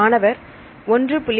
மாணவர் 1